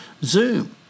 Zoom